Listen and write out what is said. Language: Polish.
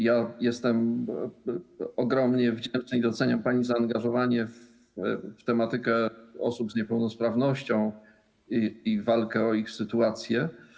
Jestem ogromnie wdzięczny i doceniam pani zaangażowanie w tematykę osób z niepełnosprawnością i walkę o ich sytuację.